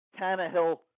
Tannehill